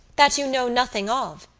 that you know nothing of,